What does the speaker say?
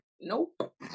nope